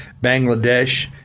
Bangladesh